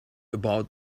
about